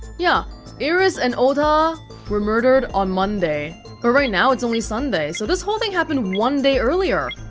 yeah iris and ota were murdered on monday but right now, it's only sunday, so this whole thing happened one day earlier